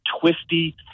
twisty